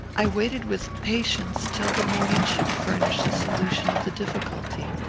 i waited with impatience till the morning should furnish a solution of the difficulty.